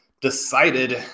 decided